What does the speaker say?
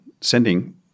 sending